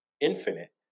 infinite